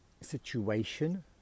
situation